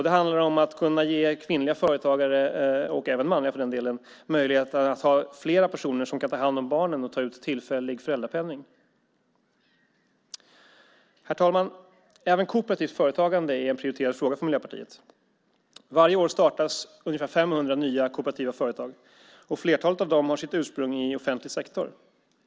Det handlar om att kunna ge kvinnliga företagare - och även manliga - möjlighet att ha flera personer som kan ta hand om barnen och ta ut tillfällig föräldrapenning. Herr talman! Även kooperativt företagande är en prioriterad fråga för Miljöpartiet. Varje år startas ungefär 500 nya kooperativa företag, och flertalet av dem har sitt ursprung i offentlig sektor.